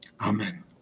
Amen